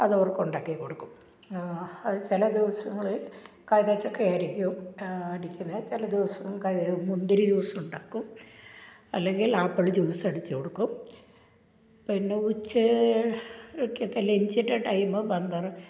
അതവര്ക്കുണ്ടാക്കി കൊടുക്കും അത് ചില ദിവസങ്ങളില് കൈതച്ചക്കയായിരിക്കും അടിക്കുന്നത് ചില ദിവസം കൈത മുന്തിരി ജ്യുസുണ്ടാക്കും അല്ലെങ്കില് ആപ്പിൾ ജ്യുസടിച്ചു കൊടുക്കും പിന്നെ ഉച്ചത്തേക്കത്തെ ലഞ്ചിന്റെ ടൈം പന്ത്ര